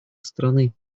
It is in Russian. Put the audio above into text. страны